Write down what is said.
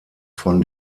von